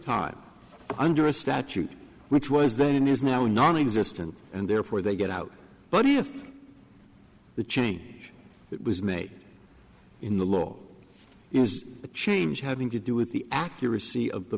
time under a statute which was then and is now nonexistent and therefore they get out but if the change that was made in the law is a change having to do with the accuracy of the